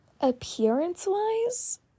appearance-wise